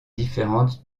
différente